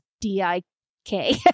D-I-K